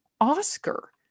Oscar